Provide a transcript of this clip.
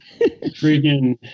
freaking